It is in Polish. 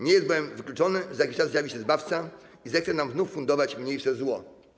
Nie jest bowiem wykluczone, że za jakiś czas zjawi się zbawca i zechce nam znów zafundować mniejsze zło.